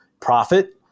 profit